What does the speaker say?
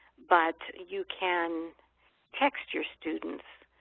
but you can text your students